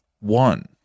one